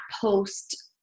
post